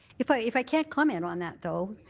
if i if i can comment on that, though,